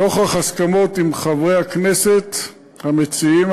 נוכח ההסכמות עם חברי הכנסת המציעים,